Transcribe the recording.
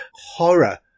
horror